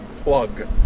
plug